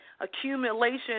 accumulation